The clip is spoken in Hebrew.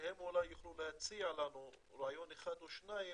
שהם אולי יוכלו להציע לנו רעיון אחד או שניים